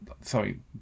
Sorry